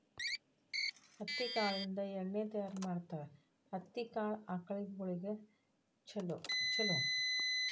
ಹತ್ತಿ ಕಾಳಿಂದ ಎಣ್ಣಿ ತಯಾರ ಮಾಡ್ತಾರ ಹತ್ತಿ ಕಾಳ ಆಕಳಗೊಳಿಗೆ ಚುಲೊ